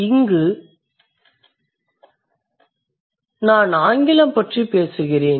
இங்கு நான் ஆங்கிலம் பற்றி பேசுகிறேன்